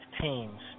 teams